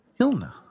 Hilna